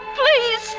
please